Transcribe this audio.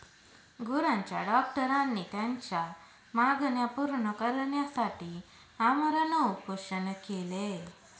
गुरांच्या डॉक्टरांनी त्यांच्या मागण्या पूर्ण करण्यासाठी आमरण उपोषण केले